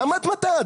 למה את מטעה?